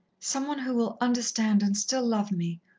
some one who will understand and still love me.